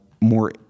more